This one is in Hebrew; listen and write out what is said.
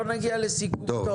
לא נגיע לסיכום טוב.